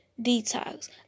Detox